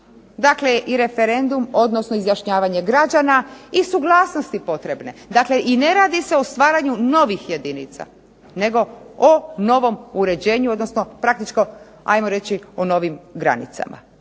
Dakle, i referendum, odnosno izjašnjavanje građana i suglasnosti potrebe. Dakle, i ne radi se o stvaranju novih jedinica nego o novom uređenju, odnosno praktički ajmo reći o novim granicama.